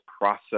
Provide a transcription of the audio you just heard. process